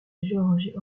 géorgie